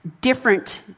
different